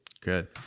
Good